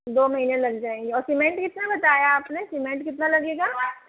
दो महीने लग जाएंगे और सीमेंट कितना बताया आपने सीमेंट कितना लगेगा